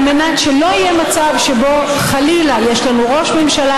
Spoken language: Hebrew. על מנת שלא יהיה מצב שבו חלילה יש לנו ראש ממשלה